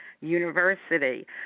University